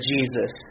Jesus